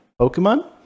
Pokemon